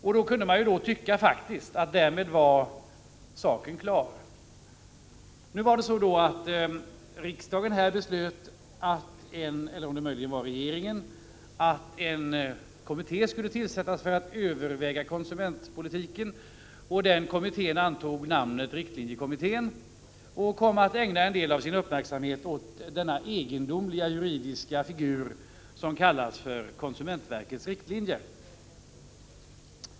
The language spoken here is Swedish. Man kan ju tycka att saken därmed var klar. Men en kommitté som tillsattes för att överväga konsumentpolitiken och antog namnet riktlinjekommittén kom att ägna en del av sin uppmärksamhet åt den egendomliga juridiska figur som kallas konsumentverkets riktlinjer.